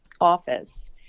office